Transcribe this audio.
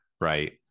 right